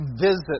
visit